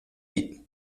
eat